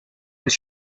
his